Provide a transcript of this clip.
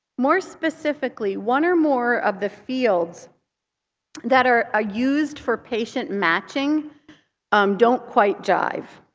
more specifically, one or more of the fields that are ah used for patient matching um don't quite jive.